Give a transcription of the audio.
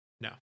No